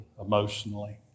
emotionally